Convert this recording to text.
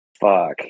Fuck